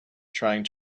trying